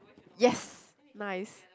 yes nice